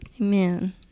Amen